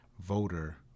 voter